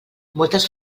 moltes